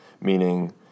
meaning